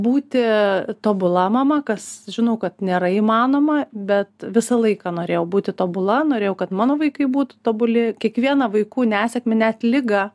būti tobula mama kas žinau kad nėra įmanoma bet visą laiką norėjau būti tobula norėjau kad mano vaikai būtų tobuli kiekvieną vaikų nesėkmę net ligą